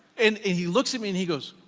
and and he looks at me and he goes,